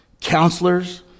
Counselors